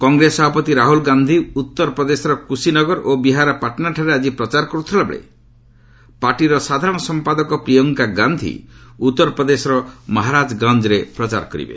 କଂଗ୍ରେସ ସଭାପତି ରାହୁଲ୍ ଗାନ୍ଧି ଉତ୍ତରପ୍ରଦେଶର କୁଶୀନଗର ଓ ବିହାରର ପାଟନାଠାରେ ଆଜି ପ୍ରଚାର କର୍ତ୍ଥଲାବେଳେ ପାର୍ଟିର ସାଧାରଣ ସମ୍ପାଦକ ପ୍ରିୟଙ୍କା ଗାନ୍ଧି ଉତ୍ତରପ୍ରଦେଶର ମହାରାଜଗଞ୍ଜରେ ପ୍ରଚାର କରିବେ